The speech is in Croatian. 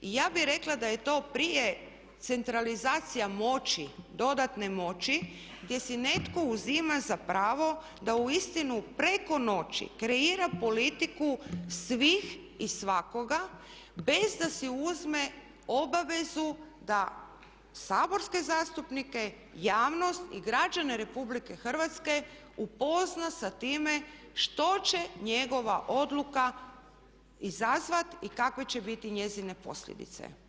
I ja bih rekla da je to prije centralizacija moći, dodatne moći gdje si netko uzima za pravo da uistinu preko noći kreira politiku svih i svakoga bez da si uzme obavezu da saborske zastupnike, javnost i građane Republike Hrvatske upozna sa time što će njegova odluka izazvati i kakve će biti njezine posljedice.